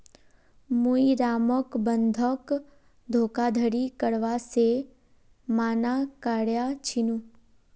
मुई रामक बंधक धोखाधड़ी करवा से माना कर्या छीनु